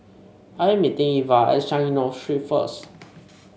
I am meeting Iva at Changi North Street first